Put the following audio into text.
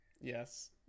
yes